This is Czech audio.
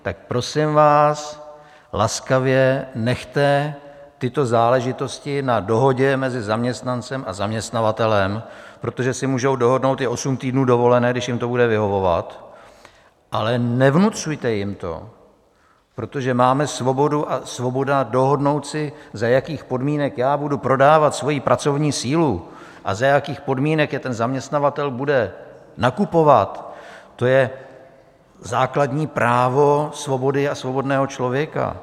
Tak prosím vás, laskavě nechte tyto záležitosti na dohodě mezi zaměstnancem a zaměstnavatelem, protože si můžou dohodnout i osm týdnů dovolené, když jim to bude vyhovovat, ale nevnucujte jim to, protože máme svobodu a svoboda dohodnout si, za jakých podmínek já budu prodávat svoji pracovní sílu a za jakých podmínek ji ten zaměstnavatel bude nakupovat, to je základní právo svobody a svobodného člověka.